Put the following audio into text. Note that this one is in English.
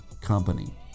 company